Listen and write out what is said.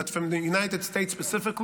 but from the United States specifically,